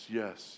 yes